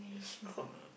strong ah